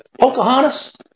Pocahontas